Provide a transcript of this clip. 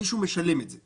מישהו משלם את זה.